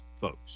folks